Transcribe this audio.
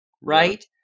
right